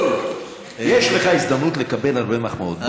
יש לך הזדמנות לקבל הרבה מחמאות.